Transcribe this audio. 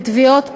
בתביעות פח.